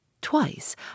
Twice